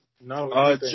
No